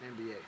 NBA